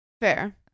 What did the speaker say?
Fair